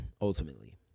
ultimately